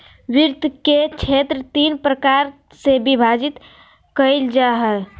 वित्त के क्षेत्र तीन प्रकार से विभाजित कइल जा हइ